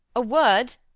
a word!